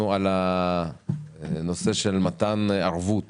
על הנושא של מתן ערבות